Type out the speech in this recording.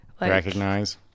recognize